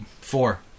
Four